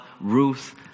Ruth